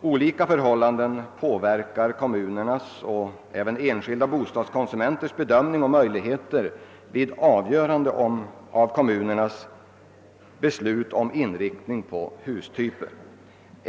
Olika förhållanden påverkar kommunernas och även enskilda bostadskonsumenters bedömning och möjligheter vid fattandet av kommunernas beslut om inriktning på hustyper.